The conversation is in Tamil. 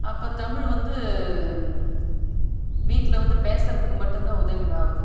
அப்போ தமிழ் வந்து வீட்டில் வந்து பேசுறதுக்கு மட்டுந்தான் உதவி ஆகுது